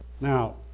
Now